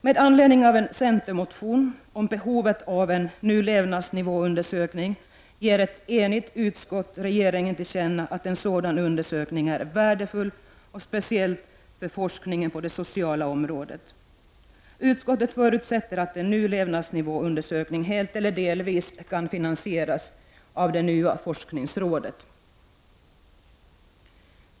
Med anledning av en centermotion om behovet av en ny levnadsnivåundersökning vill ett enigt utskott att regeringen skall ges till känna att en sådan undersökning är värdefull, speciellt för forskningen på det sociala området. Utskottet förutsätter att en ny levnadsnivåundersökning helt eller delvis kan finansieras av det nya forskningsrådet.